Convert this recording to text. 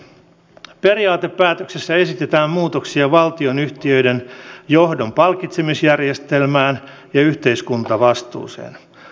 periaatepäätöksessä esitetään muutoksia valtionyhtiöiden johdon palkitsemisjärjestelmään ja yhteiskuntavastuuseen